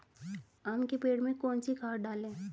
आम के पेड़ में कौन सी खाद डालें?